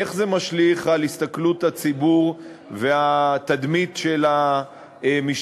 איך זה משליך על הסתכלות הציבור והתדמית של המשטרה,